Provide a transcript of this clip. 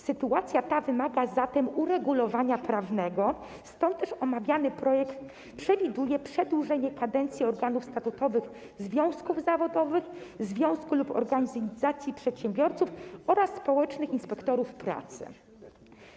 Sytuacja ta wymaga zatem uregulowania prawnego, stąd omawiany projekt przewiduje przedłużenie kadencji organów statutowych związków zawodowych, związku lub organizacji przedsiębiorców oraz społecznych inspektorów pracy.